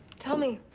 tell me.